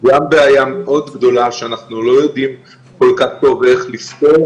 גם בעיה מאוד גדולה שאנחנו לא יודעים כל כך טוב איך לספור